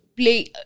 play